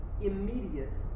immediate